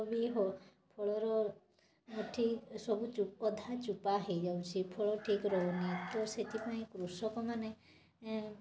ଫଳବି ଫଳର ଠିକ୍ ସବୁ ହୋଇଯାଉଛି ଫଳ ଠିକ୍ ରହୁନି ସେଥିପାଇଁ କୃଷକମାନେ